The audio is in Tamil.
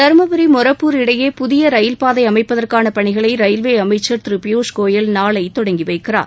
தர்மபுரி மொரப்பூர் இடையே புதிய ரயில்பாதை அமைப்பதற்கான பணிகளை ரயில்வே அமைச்சர் திரு பியூஷ்கோயல் நாளை தொடங்கி வைக்கிறார்